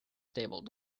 stable